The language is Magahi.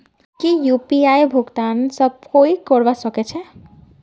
की यु.पी.आई भुगतान सब कोई ई करवा सकछै?